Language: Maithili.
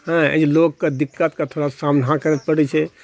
हँ ई लोककऽ दिक्कतकऽ थोड़ा सामना करय पड़ैत छै